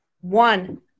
one